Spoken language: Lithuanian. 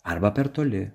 arba per toli